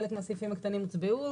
חלק מהסעיפים הקטנים הוצבעו,